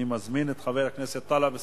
אני מזמין את חבר הכנסת טלב אלסאנע,